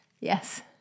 yes